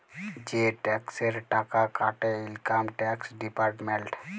যে টেকসের টাকা কাটে ইলকাম টেকস ডিপার্টমেল্ট